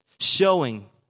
showing